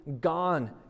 gone